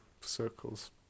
circle's